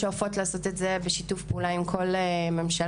לעשות את זה בשיתוף פעולה עם כל ממשלה,